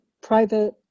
private